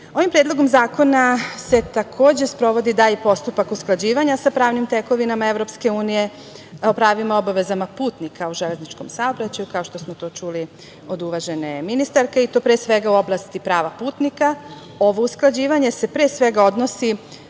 Predlogom zakona se takođe sprovodi dalji postupak usklađivanja sa pravnim tekovinama EU, o pravima i obavezama putnika u železničkom saobraćaju, kao što smo to čuli od uvažene ministarke i to pre svega u oblasti prava putnika. Ovo usklađivanje se, pre svega, odnosi